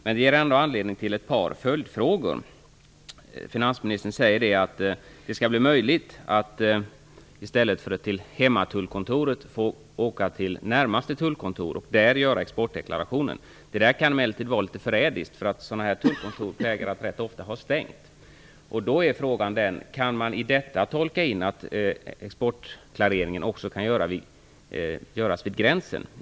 Svaret ger ändå anledning till ett par följdfrågor. Finansministern säger att det skall bli möjligt att i stället för till hemmatullkontoret få åka till närmaste tullkontor och där göra exportdeklarationen. Det kan emellertid vara litet förrädiskt, eftersom sådana här tullkontor plägar att rätt ofta ha stängt. Då är frågan den: Kan man i detta tolka in att exportklareringen också kan göras vid gränsen?